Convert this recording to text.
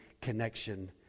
connection